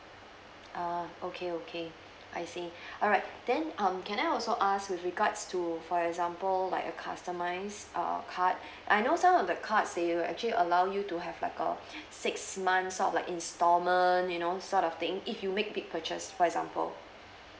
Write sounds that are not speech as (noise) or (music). err okay okay I see alright then um can I also ask with regards to for example like a customise uh card I know some of the card they will actually allow you to have like a (breath) six months sort of like installment you know sort of thing if you make big purchase for example